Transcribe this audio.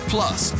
Plus